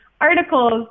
articles